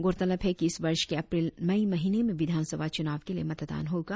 गौरतलब है कि इस वर्ष के अप्रैल मई महीने में विधान सभा चुनाव के लिए मतदान होगा